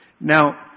Now